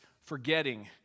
forgetting